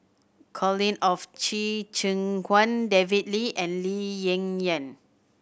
Colin of Qi Zhe Quan David Lee and Lee Ling Yen